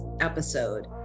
episode